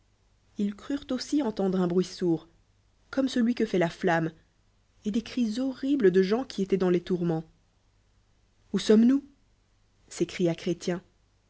ils crul'ent aussi entendre un bruit sourd comme celui que fait la flamme et des cris horribles de gens qui étoient dans les tourments où sommes-nous s'écria